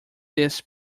this